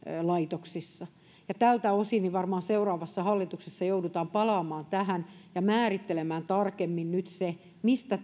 laitoksissa ja tältä osin varmaan seuraavassa hallituksessa joudutaan palaa maan tähän ja määrittelemään tarkemmin se mistä